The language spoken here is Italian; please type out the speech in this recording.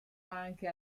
anche